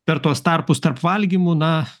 per tuos tarpus tarp valgymų na